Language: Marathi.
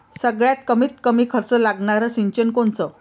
सगळ्यात कमीत कमी खर्च लागनारं सिंचन कोनचं?